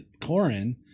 Corin